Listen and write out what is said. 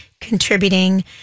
contributing